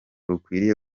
rukwiriye